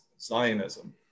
Zionism